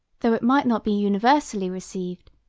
though it might not be universally received,